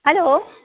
hello